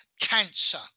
Cancer